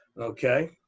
okay